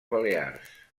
balears